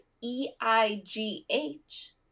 E-I-G-H